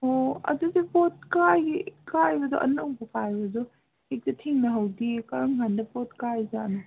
ꯑꯣ ꯑꯗꯨꯗꯤ ꯄꯣꯠ ꯀꯥꯏꯕꯗꯣ ꯑꯅꯧꯕ ꯀꯥꯏꯕꯗꯣ ꯍꯦꯛꯇ ꯊꯦꯡꯅꯍꯧꯗꯤꯌꯦ ꯀꯔꯝꯀꯥꯟꯗ ꯄꯣꯠ ꯀꯥꯏꯔꯤꯖꯥꯠꯅꯣ